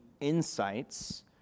insights